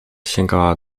sięgała